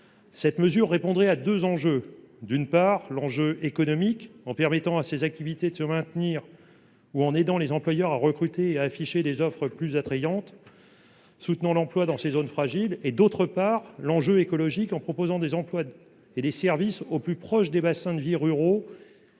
telle mesure répondrait à deux enjeux : d'une part, à l'enjeu économique, en permettant aux activités concernées de se maintenir ou en aidant les employeurs à recruter et à afficher des offres plus attrayantes, soutenant l'emploi dans ces zones fragiles ; d'autre part, à l'enjeu écologique, en proposant des emplois et des services au plus proche des bassins de vie ruraux